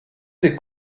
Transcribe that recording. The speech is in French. des